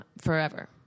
forever